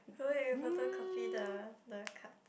wait photocopy the the card